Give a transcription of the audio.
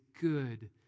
good